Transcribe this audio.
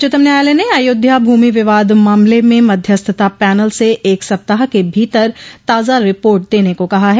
उच्चतम न्यायालय ने अयोध्या भूमि विवाद मामले में मध्यस्थता पैनल से एक सप्ताह के भीतर ताजा रिपोर्ट देने को कहा है